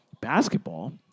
basketball